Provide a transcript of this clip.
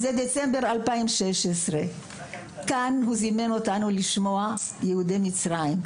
מדצמבר 2016. כאן הוא זימן אותנו לשמוע על יוצאי מצרים.